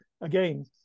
again